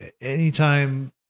anytime